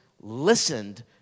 listened